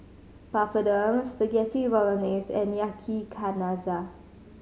Papadum Spaghetti Bolognese and Yakizakana